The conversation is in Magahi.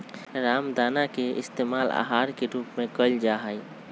रामदाना के पइस्तेमाल आहार के रूप में कइल जाहई